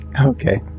Okay